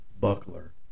buckler